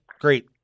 great